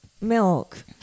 Milk